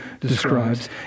describes